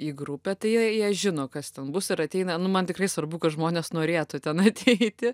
į grupę tai jie jie žino kas ten bus ir ateina nu man tikrai svarbu kad žmonės norėtų ten ateiti